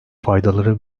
faydaları